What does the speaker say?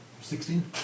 Sixteen